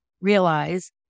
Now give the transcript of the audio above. realize